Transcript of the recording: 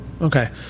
Okay